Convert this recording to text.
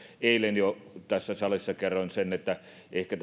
eilen jo tässä salissa kerroin sen että ehkä